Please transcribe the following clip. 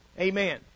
Amen